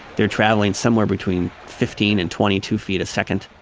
they're traveling somewhere between fifteen and twenty two feet a second.